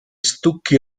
stucchi